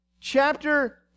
chapter